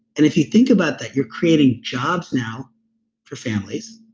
if you think about that, you're creating jobs now for families.